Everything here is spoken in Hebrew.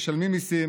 משלמים מיסים,